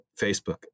Facebook